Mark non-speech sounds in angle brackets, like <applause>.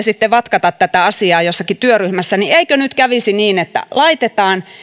<unintelligible> sitten vatkata tätä asiaa jossakin työryhmässä niin eikö nyt kävisi niin että laitetaan